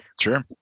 Sure